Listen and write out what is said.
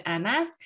MS